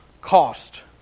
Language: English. cost